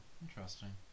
interesting